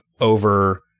over